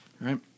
right